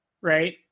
Right